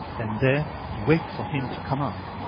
and there wait for him to come up.